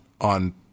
on